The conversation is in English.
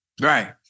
Right